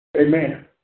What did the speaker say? Amen